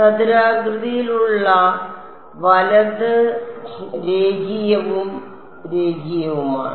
ചതുരാകൃതിയിലുള്ള വലത് രേഖീയവും രേഖീയവുമാണ്